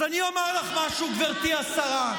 אז אני אומר לך משהו, גברתי השרה.